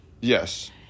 Yes